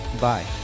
Bye